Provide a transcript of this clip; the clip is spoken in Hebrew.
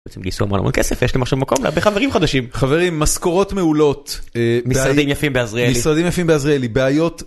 הם גייסו המון המון כסף ויש להם עכשיו מקום להביא חברים חדשים חברים. חברים משכורות מעולות משרדים יפים בעזריאלי. בעיות.